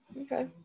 Okay